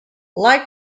like